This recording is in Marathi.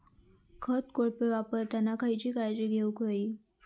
खत कोळपे वापरताना खयची काळजी घेऊक व्हयी?